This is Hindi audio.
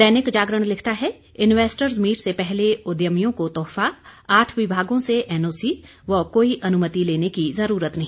दैनिक जागरण लिखता है इन्वेस्टर्स मीट से पहले उद्यमियों को तोहफा आठ विभागों से एनओसी व कोई अनुमति लेने की जरूरत नहीं